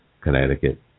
Connecticut